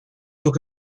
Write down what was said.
look